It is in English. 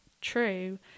true